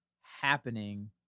happening